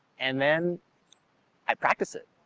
and then i practice it.